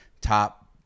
top